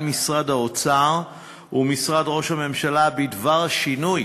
משרד האוצר ומשרד ראש הממשלה בדבר שינוי